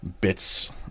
bits